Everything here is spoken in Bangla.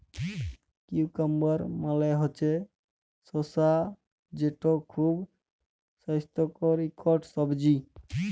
কিউকাম্বার মালে হছে শসা যেট খুব স্বাস্থ্যকর ইকট সবজি